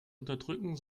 unterdrücken